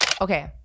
Okay